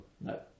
No